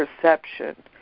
perception